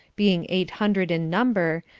being eight hundred in number,